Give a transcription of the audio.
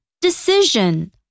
Decision